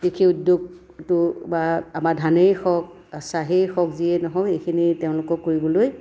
কৃষি উদ্যোগটো বা আমাৰ ধানেই হওক চাহেই হওক যিয়েই নহওক এইখিনি তেওঁলোকক কৰিবলৈ